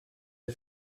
der